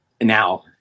now